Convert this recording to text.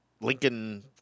Lincoln